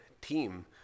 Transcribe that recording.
team